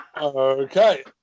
Okay